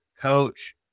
coach